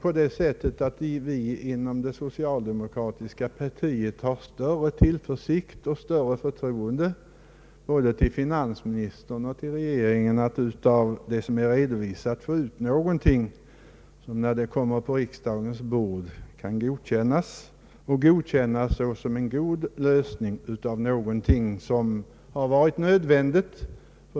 Men vi inom det socialdemokratiska partiet har väl större tillförsikt och större förtroende till både finansministern och regeringen så att vi tror att de förslag som läggs på riksdagens bord kan godkännas som en god lösning.